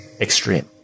extreme